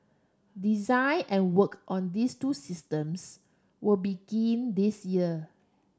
design and work on these two systems will begin this year